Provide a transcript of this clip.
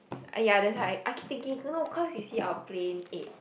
!aiya! that's why I keep thinking you know cause you see our plane eight